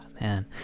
man